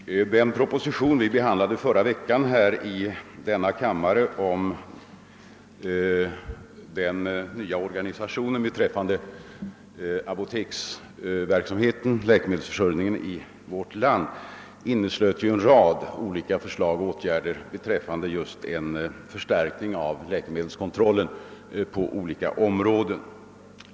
Herr talman! Den proposition vi behandlade förra veckan i denna kammare om den nya organisationen beträffande läkemedelsförsörjningen i vårt land inneslöt en rad olika förslag till åtgärder som syftade till en förstärkning av läkemedelskontrollen på olika områden.